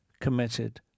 committed